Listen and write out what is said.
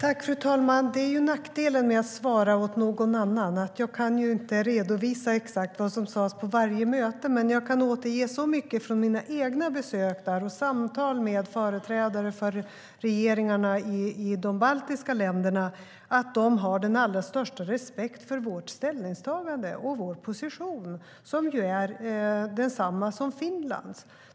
Fru talman! Det är ju nackdelen med att svara åt någon annan: Jag kan inte redovisa exakt vad som sas på varje möte. Men jag kan återge från mina egna besök i de baltiska länderna och samtal med företrädare för regeringarna där att de har den allra största respekt för vårt ställningstagande och vår position, som ju är densamma som Finlands.